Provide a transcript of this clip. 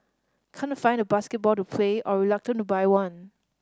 can't find a basketball to play or reluctant to buy one